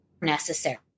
necessary